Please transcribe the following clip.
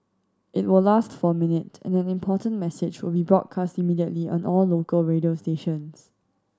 it will last for a minute and an important message will be broadcast immediately on all local radio stations